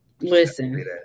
Listen